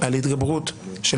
על התגברות של